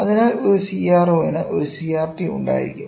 അതിനാൽ ഒരു CRO ന് ഒരു CRT ഉണ്ടായിരിക്കും